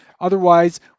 otherwise